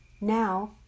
now